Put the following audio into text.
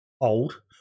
old